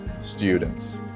students